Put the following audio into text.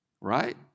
right